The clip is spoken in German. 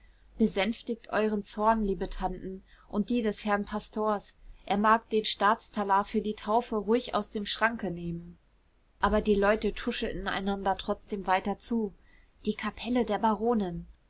besänftigt euren zorn liebe tanten und den des herrn pastors er mag den staatstalar für die taufe ruhig aus dem schranke nehmen aber die leute tuschelten einander trotzdem weiter zu die kapelle der baronin